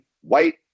white